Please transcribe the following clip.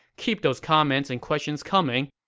keep those comments and questions coming,